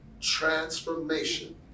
transformation